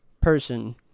person